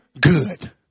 good